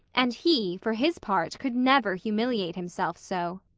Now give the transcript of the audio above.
and he, for his part, could never humiliate himself so.